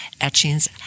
etchings